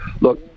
Look